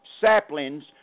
saplings